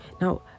Now